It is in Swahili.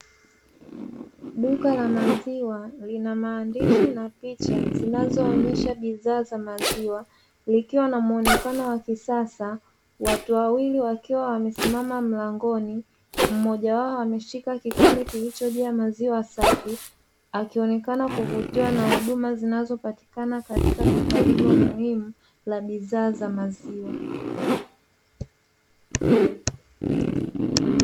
Duka la maziwa lina maandishi na picha zinazo onyesha bidhaa za maziwa likiwa na muonekano wa kisasa. Watu wawili wakiwa wamesimama mlangoni, mmoja wao ameshika kikombe kilicho jaa maziwa safi akionekana kuvutiwa na huduma zinazopatikana katika duka hilo muhimu la bidhaa za maziwa.